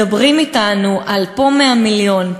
מדברים אתנו פה על 100 מיליון,